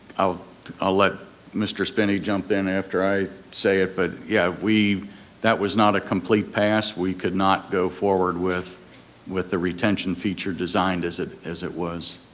i'll i'll let mr. spinney jump in after i say it, but yeah, that was not a complete pass, we could not go forward with with the retention feature designed as it as it was.